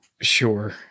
Sure